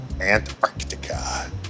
Antarctica